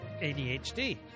ADHD